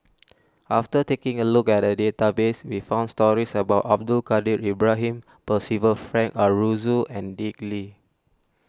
after taking a look at the database we found stories about Abdul Kadir Ibrahim Percival Frank Aroozoo and Dick Lee